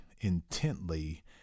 intently